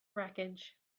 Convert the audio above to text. wreckage